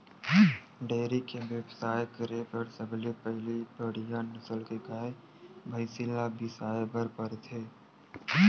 dairy के बेवसाय करे बर सबले पहिली बड़िहा नसल के गाय, भइसी ल बिसाए बर परथे